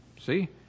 See